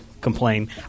complain